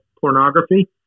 pornography